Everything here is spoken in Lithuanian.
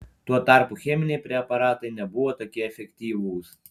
tuo tarpu cheminiai preparatai nebuvo tokie efektyvūs